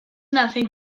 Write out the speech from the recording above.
nacen